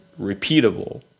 repeatable